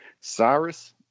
Cyrus